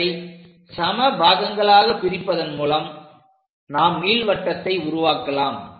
அவற்றை சம பாகங்களாக பிரிப்பதன் மூலம் நாம் நீள்வட்டத்தை உருவாக்கலாம்